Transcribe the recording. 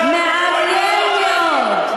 מעניין מאוד.